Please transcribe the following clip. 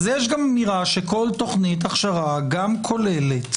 יש אמירה שכל תוכנית הכשרה גם כוללת.